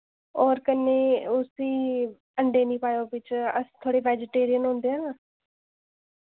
और कन्नै उस्सी अंडे नी पायो बिच अस थोह्ड़े वैजीटेरियन होंदे ना